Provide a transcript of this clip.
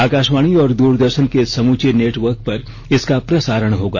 आकाशवाणी और दूरदर्शन के समूचे नेटवर्क पर इसका प्रसारण होगा